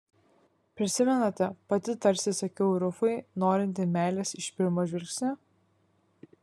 prisimenate pati tarsi sakiau rufui norinti meilės iš pirmo žvilgsnio